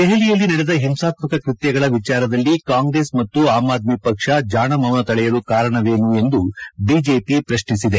ದೆಹಲಿಯಲ್ಲಿ ನಡೆದ ಹಿಂಸಾತ್ಮಕ ಕೃತ್ಯಗಳ ವಿಚಾರದಲ್ಲಿ ಕಾಂಗ್ರೆಸ್ ಮತ್ತು ಆಮ್ ಆದ್ಮಿ ಪಕ್ಷ ಜಾಣಮೌನ ತಳೆಯಲು ಕಾರಣವೇನು ಎಂದು ಬಿಜೆಪಿ ಪ್ರಶ್ನಿಸಿದೆ